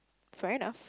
fair enough